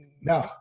No